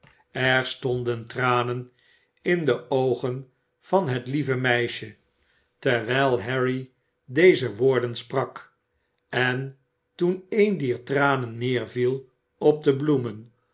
er stonden tranen in de oogen van het lieve meisje terwijl harry deze woorden sprak en toen een dier tranen neerviel op de bloemen